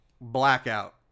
blackout